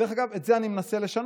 דרך אגב, את זה אני מנסה לשנות.